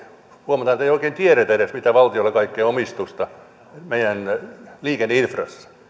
huomataan ettei oikein tiedetä edes mitä kaikkea omistusta valtiolla on meidän liikenneinfrassa